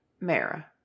Mara